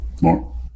More